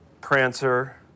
Prancer